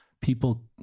people